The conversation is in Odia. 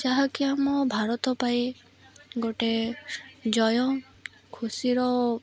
ଯାହାକି ଆମ ଭାରତ ପାଇଁ ଗୋଟେ ଜୟ ଖୁସିର